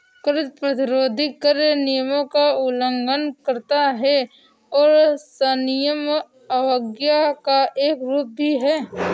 कर प्रतिरोध कर नियमों का उल्लंघन करता है और सविनय अवज्ञा का एक रूप भी है